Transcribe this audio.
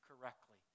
correctly